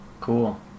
Cool